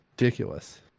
ridiculous